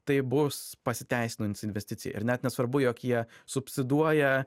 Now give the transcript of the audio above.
tai bus pasiteisinanti investicija ir net nesvarbu jog jie supsiduoja